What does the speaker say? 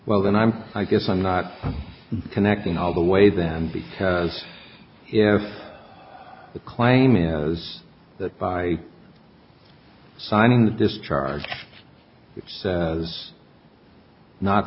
well then i'm i guess i'm not connecting all the way them because if the claim is that by signing the discharge which was not